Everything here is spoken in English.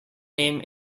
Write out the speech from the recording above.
name